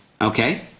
Okay